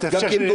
שם תאפשר לאחרים.